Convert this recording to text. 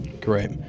great